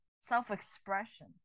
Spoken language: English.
self-expression